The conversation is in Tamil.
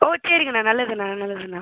ஓ சரிங்கண்ணா நல்லதுண்ணா நல்லதுண்ணா